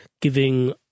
giving